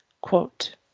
quote